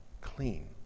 clean